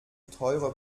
teure